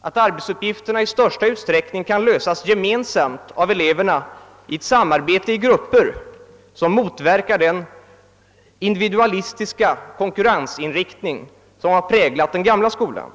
att arbetsuppgifterna i största utsträckning kan lösas av eleverna i ett samarbete i grupper, något som motverkar den individualistiska konkurrensinriktning som präglat den gamla skolan.